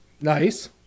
Nice